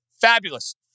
fabulous